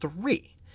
three